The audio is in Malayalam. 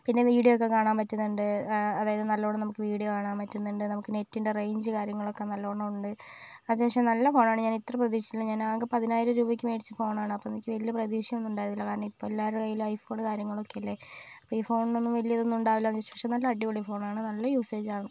പിന്നെ വീഡിയൊ ഒക്കെ കാണാൻ പറ്റുന്നുണ്ട് അതായത് നല്ലവണ്ണം നമുക്കു വീഡിയോ കാണാൻ പറ്റുന്നുണ്ട് നമുക്ക് നെറ്റിൻ്റെ റേഞ്ച് കാര്യങ്ങളൊക്കെ നല്ലോണം ഉണ്ട് അത്യാവശ്യം നല്ല ഫോണാണ് ഞാൻ ഇത്രയും പ്രതീക്ഷിച്ചില്ല ആകെ പതിനയ്യായിരം രൂപക്ക് മേടിച്ച ഫോണാന്ന് അപ്പോൾ എനിക്ക് വലിയ പ്രതീക്ഷയൊന്നുമുണ്ടായിരുന്നില്ല കാരണം ഇപ്പോൾ എല്ലാവരുടെയും കൈയിലും ഐഫോണും കാര്യങ്ങളൊക്കെയല്ലെ ഈ ഫോണിനൊന്നും വലിയ ഒന്നുമുണ്ടാകില്ല വിചാരിച്ചു നല്ല അടിപൊളി ഫോണാണ് നല്ല യൂസേജ് ആണ്